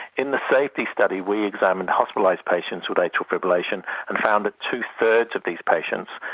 in the safety study we examined hospitalised patients with atrial fibrillation and found that two-thirds of these patients,